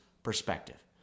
perspective